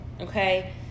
okay